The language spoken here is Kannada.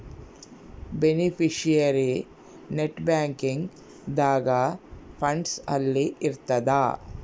ಬೆನಿಫಿಶಿಯರಿ ನೆಟ್ ಬ್ಯಾಂಕಿಂಗ್ ದಾಗ ಫಂಡ್ಸ್ ಅಲ್ಲಿ ಇರ್ತದ